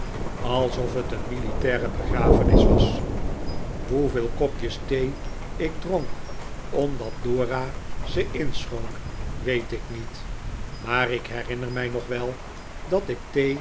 alsof het een militaire begrafenis was hoeveel kopjes thee ik dronk omdat dora ze inschonk weet ik niet maar ik herinner mij nog wel dat ik